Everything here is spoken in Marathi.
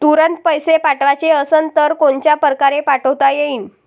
तुरंत पैसे पाठवाचे असन तर कोनच्या परकारे पाठोता येईन?